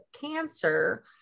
cancer